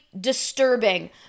disturbing